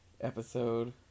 episode